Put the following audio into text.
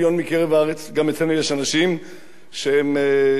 גם אצלנו יש אנשים שקשה להם.